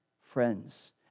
Friends